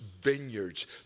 vineyards